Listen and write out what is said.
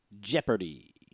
Jeopardy